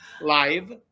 live